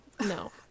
No